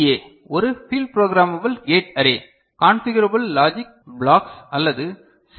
ஏ ஒரு field programmable gate array configurable logic blocks அல்லது C